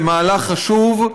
זה מהלך חשוב,